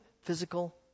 physical